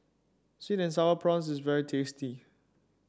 sweet and sour prawns is very tasty